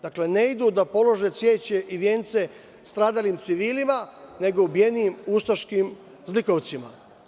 Dakle, ne idu da polože cveće i vence stradalim civilima, nego ubijenim ustaškim zlikovcima.